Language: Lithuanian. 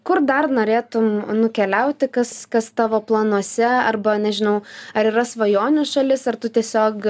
kur dar norėtum nukeliauti kas kas tavo planuose arba nežinau ar yra svajonių šalis ar tu tiesiog